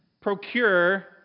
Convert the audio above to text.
procure